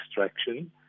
Extraction